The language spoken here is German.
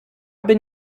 bin